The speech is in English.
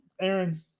aaron